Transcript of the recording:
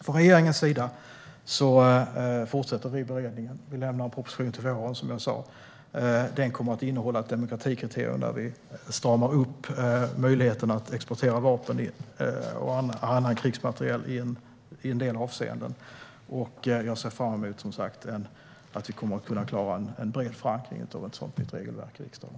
Regeringen fortsätter med sin beredning och lägger som sagt fram en proposition i vår. Den kommer att innehålla ett demokratikriterium och en uppstramning av möjligheterna att exportera vapen och annan krigsmateriel i en del avseenden. Jag ser fram emot att få en bred förankring av det nya regelverket i riksdagen.